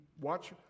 watch